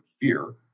fear